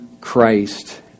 Christ